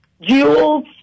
jewels